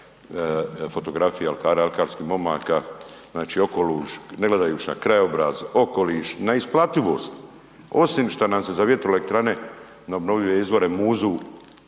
fotografije alkara, alkarskih momaka, znači ne gledajući na krajobraz, okoliš, na isplativost, osim šta nas se za vjetroelektrane na obnovljive izvore muzu